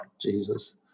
jesus